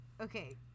okay